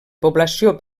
població